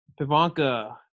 Pivanka